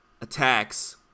attacks